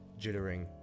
jittering